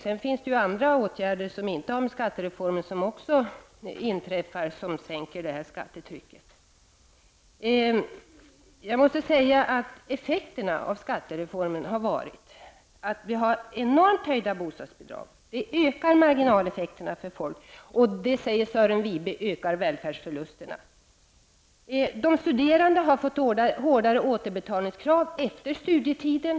Sedan finns det andra åtgärder som inte har med skattereformen att göra men som också sänker skattetrycket. Effekterna av skattereformen har blivit en enorm höjning av bostadsbidragen, vilket också ökar marginaleffekterna för folk. Och enligt Sören Wibe ökar detta välfärdsförlusterna. Det ställs hårdare krav på återbetalning av studielån efter studietiden.